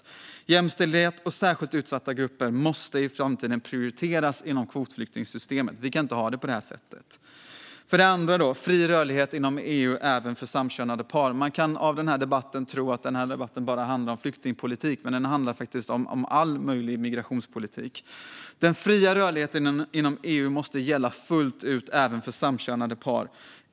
Jämställdhet och särskilt utsatta grupper måste i framtiden prioriteras inom kvotflyktingsystemet. Vi kan inte ha det på det här sättet. Vår andra reservation handlar om fri rörlighet inom EU även för samkönade par. Man kan tro att den här debatten bara handlar om flyktingpolitik, men den handlar faktiskt om all möjlig migrationspolitik. Den fria rörligheten inom EU måste gälla fullt ut även för samkönade par.